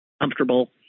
comfortable